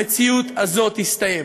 המציאות הזאת תסתיים.